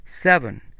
Seven